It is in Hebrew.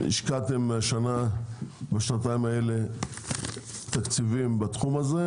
השקעתם בשנתיים האלה תקציבים בתחום הזה,